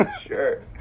sure